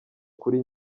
kuri